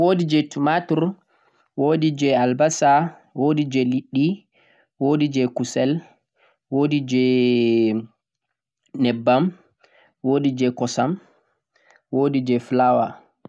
Wodi je tumatur, Albasa, leɗɗe, kusel, nebbam, kosam be je flawa